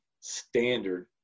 standard